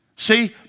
See